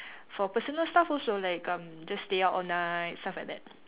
for personal stuff also like um just stay out all night stuff like that